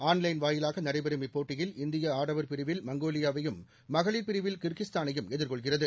on line வாயிலாக நடைபெறும் இப்போட்டியில் இந்தியா மங்கோலியாவையும் மகளிர் பிரிவில் கிர்கிஸ்தானையும் எதிர்கொள்கிறது